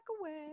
away